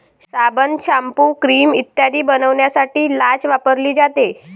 साबण, shampoo, cream इत्यादी बनवण्यासाठी लाच वापरली जाते